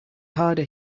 harder